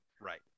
Right